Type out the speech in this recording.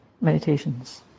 meditations